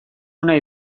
ona